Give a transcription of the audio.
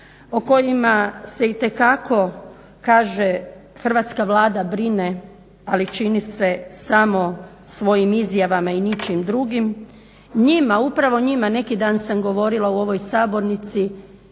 o kojima se itekako kaže Hrvatska vlada brine, ali čini se samo svojim izjavama i ničim drugim. Njima, upravo njima neki dan sam govorila u ovoj sabornici,